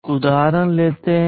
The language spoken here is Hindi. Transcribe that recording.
एक उदाहरण लेते हैं